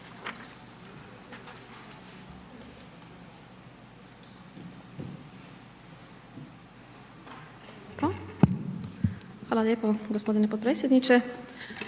Hvala lijepa gospodine potpredsjedniče